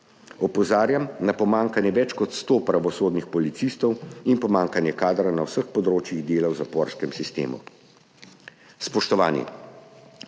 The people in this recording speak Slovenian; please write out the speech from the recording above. Opozarjam na pomanjkanje več kot 100 pravosodnih policistov in pomanjkanje kadra na vseh področjih dela v zaporskem sistemu. Spoštovani!